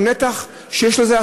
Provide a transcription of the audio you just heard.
הנתח שלהם הוא נתח שיש לו השפעה.